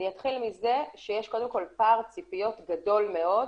אתחיל מזה שיש קודם כל פער ציפיות גדול מאוד,